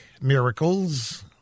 miracles